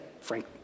Frank